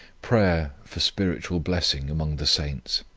prayer for spiritual blessing among the saints.